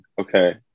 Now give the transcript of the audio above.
Okay